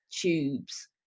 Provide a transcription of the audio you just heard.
tubes